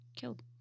killed